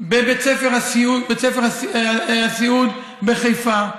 ובבית הספר לסיעוד בחיפה,